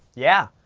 yeah,